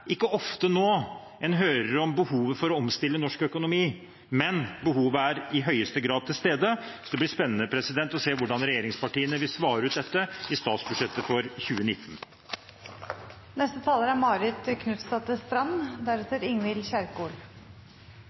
ikke ofte nå at en hører om behovet for å omstille norsk økonomi, men behovet er i høyeste grad til stede. Det blir spennende å se hvordan regjeringspartiene vil svare ut dette i statsbudsjettet for